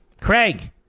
Craig